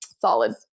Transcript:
solid